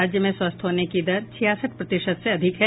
राज्य में स्वस्थ होने की दर छियासठ प्रतिशत से अधिक है